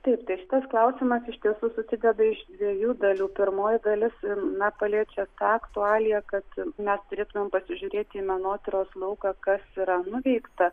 taip tai šitas klausimas iš tiesų susideda iš dviejų dalių pirmoji dalis na paliečia tą aktualiją kad mes turėtumėm pasižiūrėti menotyros lauką kas yra nuveikta